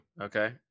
Okay